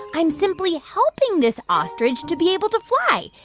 i'm simply helping this ostrich to be able to fly,